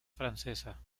francesa